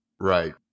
Right